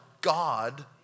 God